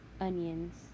onions